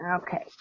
Okay